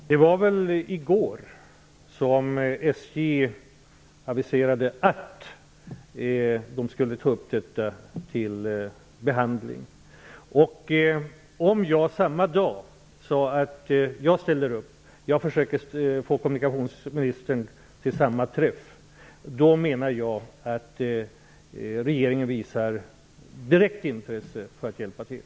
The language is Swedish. Fru talman! Det var i går som SJ aviserade att frågan skulle tas upp till behandling. Om jag samma dag sade att jag skulle ställa upp och att jag skulle försöka få med kommunikationsministern på samma möte, anser jag att regeringen har visat ett direkt intresse för att hjälpa till.